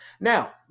Now